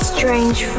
Strange